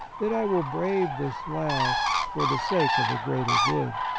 that i will brave this last for the sake of a greater good.